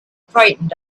frightened